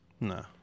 No